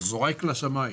זועק לשמיים,